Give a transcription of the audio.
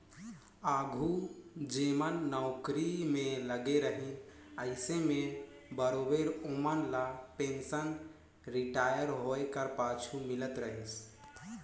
आघु जेमन नउकरी में लगे रहिन अइसे में बरोबेर ओमन ल पेंसन रिटायर होए कर पाछू मिलत रहिस